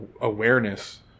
awareness